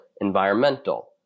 environmental